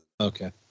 okay